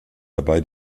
dabei